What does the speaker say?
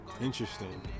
Interesting